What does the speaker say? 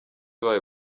bayo